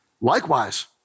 Likewise